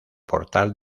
portal